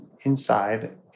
inside